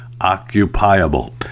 Occupiable